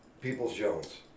Peoples-Jones